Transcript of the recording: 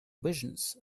visions